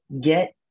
get